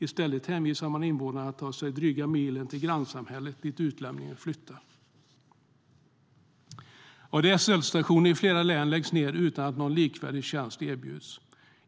I stället hänvisar man invånarna att ta sig dryga milen till grannsamhället dit utlämningen flyttar. ADSL-stationer i flera län läggs ned utan att någon likvärdig tjänst erbjuds.